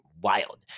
wild